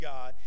God